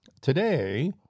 today